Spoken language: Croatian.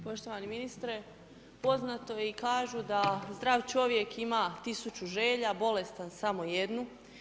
Poštovani ministre poznato je i kažu da zdrav čovjek ima tisuću želja, bolestan samo jednu.